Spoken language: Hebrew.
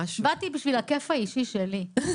באתי בשביל הכיף האישי שלי.